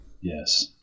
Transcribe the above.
Yes